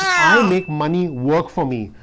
i make money work for me.